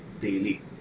daily